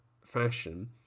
fashion